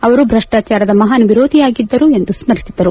ಅವರು ಭ್ರಷ್ಲಾಚಾರದ ಮಹಾನ್ ವಿರೋಧಿಯಾಗಿದ್ದರು ಎಂದು ಸ್ಪರಿಸಿದರು